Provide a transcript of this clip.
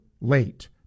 late